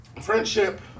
friendship